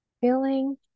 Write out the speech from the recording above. feeling